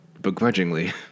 Begrudgingly